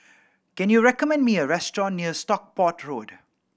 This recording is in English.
can you recommend me a restaurant near Stockport Road